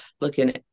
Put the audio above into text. looking